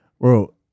Bro